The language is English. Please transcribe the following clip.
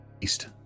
east